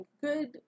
good